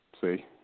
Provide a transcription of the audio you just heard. see